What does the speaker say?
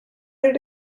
did